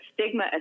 stigma